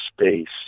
space